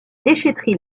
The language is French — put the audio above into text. déchèterie